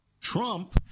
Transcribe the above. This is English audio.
Trump